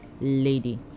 lady